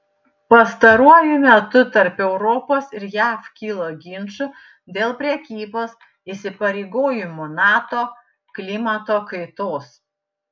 pastaruoju metu tarp europos ir jav kilo ginčų dėl prekybos įsipareigojimų nato klimato kaitos